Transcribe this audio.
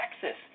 Texas